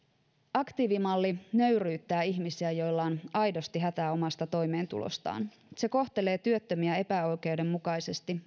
aktiivimalli nöyryyttää ihmisiä joilla on aidosti hätä omasta toimeentulostaan se kohtelee työttömiä epäoikeudenmukaisesti